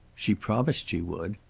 she promised she would.